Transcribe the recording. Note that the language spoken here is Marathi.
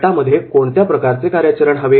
गटामध्ये कोणत्या प्रकारचे कार्याचरण हवे